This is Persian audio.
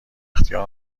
اختیار